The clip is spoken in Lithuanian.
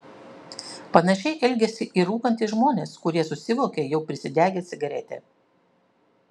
panašiai elgiasi ir rūkantys žmonės kurie susivokia jau prisidegę cigaretę